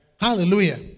Hallelujah